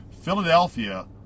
Philadelphia